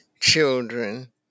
children